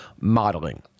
modeling